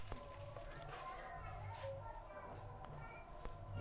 उपज के हिसाब से अनाज के कीमत ना मिल पावत बाटे